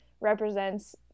represents